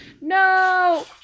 no